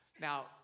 Now